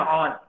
on